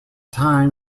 time